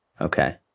Okay